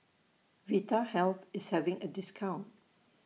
Vitahealth IS having A discount